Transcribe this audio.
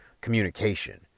communication